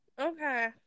Okay